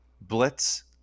Blitz